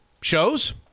shows